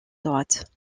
droite